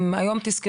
אם נלך